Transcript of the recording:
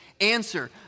answer